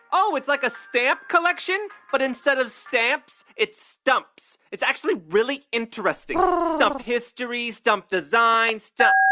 oh, it's like a stamp collection, but instead of stamps, it's stumps. it's actually really interesting stump history, stump design, stump.